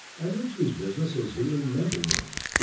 and ridgely's business is healing mental wounds.